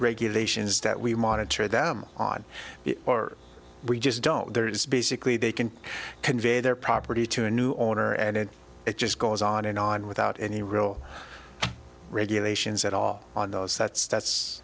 regulations that we monitor them on or we just don't there is basically they can convey their property to a new owner and it just goes on and on without any real regulations at all on those that's that's